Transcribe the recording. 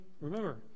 remember